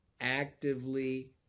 actively